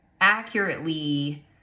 accurately